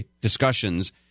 discussions